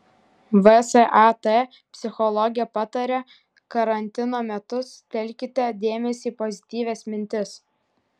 vsat psichologė pataria karantino metu sutelkite dėmesį į pozityvias mintis